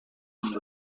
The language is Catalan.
amb